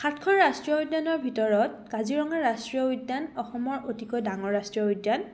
সাতখন ৰাষ্ট্ৰীয় উদ্যানৰ ভিতৰত কাজিৰঙা ৰাষ্ট্ৰীয় উদ্যান অসমৰ অতিকৈ ডাঙৰ ৰাষ্ট্ৰীয় উদ্যান